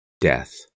death